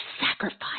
sacrifice